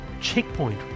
Checkpoint